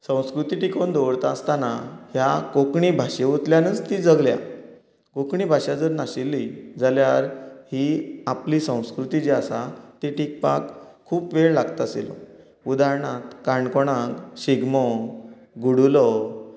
संस्कृती टिकोवन दवरता आसतना ह्या कोंकणी भाशेंतल्यानूच ती जगल्या कोंकणी भाशा जर नाशिल्ली जाल्यार ही आपली संस्कृती जी आसा ती टिकपाक खूब वेळ लागता आशिल्लो उदारणांत काणकोणांत शिगमो गुडूलो